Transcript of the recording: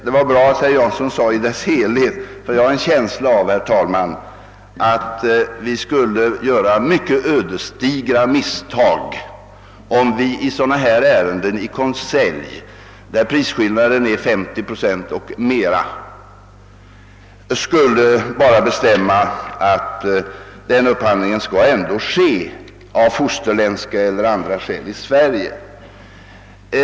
Det var bra att herr Jansson sade »i dess helhet», ty jag har en känsla av att vi skulle göra mycket ödesdigra misstag om vi i sådana här ärenden — när det är en prisskillnad på 50 procent eller mera — i konselj skulle bestämma att upphandlingen ändå, av fosterländska eller andra skäl, skall ske i Sverige.